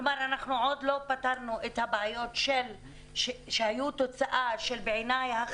כלומר עוד לא פתרנו את הבעיות שהיו תוצאה של בעיניי,